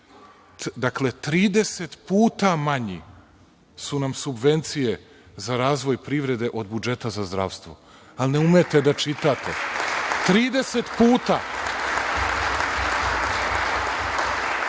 Dakle, 30 puta su nam manje subvencije za razvoj privrede od budžeta za zdravstvo, ali ne umete da čitate, 30 puta.